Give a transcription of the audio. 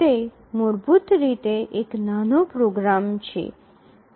તે મૂળભૂત રીતે એક નાનો પ્રોગ્રામ છે